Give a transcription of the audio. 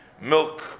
milk